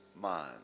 mind